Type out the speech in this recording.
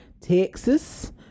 texas